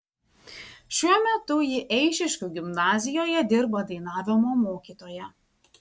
šiuo metu ji eišiškių gimnazijoje dirba dainavimo mokytoja